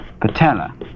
patella